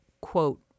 quote